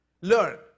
learn